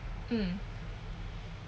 mm